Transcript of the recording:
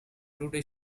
today